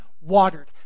watered